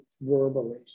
verbally